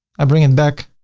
i bring it back,